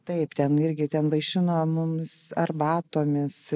taip ten irgi ten vaišino mums arbatomis